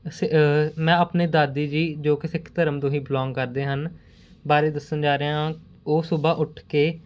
ਸਿ ਮੈਂ ਆਪਣੇ ਦਾਦੀ ਜੀ ਜੋ ਕਿ ਸਿੱਖ ਧਰਮ ਤੋਂ ਹੀ ਬਿਲੋਂਗ ਕਰਦੇ ਹਨ ਬਾਰੇ ਦੱਸਣ ਜਾ ਰਿਹਾ ਹਾਂ ਉਹ ਸੁਬਾਹ ਉੱਠ ਕੇ